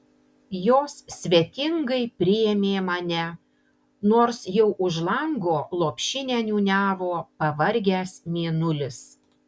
jos svetingai priėmė mane nors jau už lango lopšinę niūniavo pavargęs mėnulis